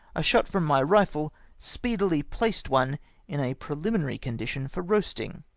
a shot from my rifle speedily placed one in a pre hminary condition for roasting.